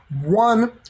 one